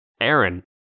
Aaron